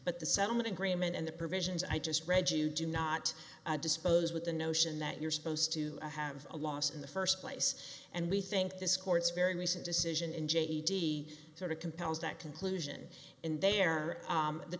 but the settlement agreement and the provisions i just read you do not dispose with the notion that you're supposed to have a loss in the first place and we think this court's very recent decision in j d sort of compels that conclusion and they're